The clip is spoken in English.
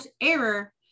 error